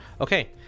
Okay